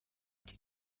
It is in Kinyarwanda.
ati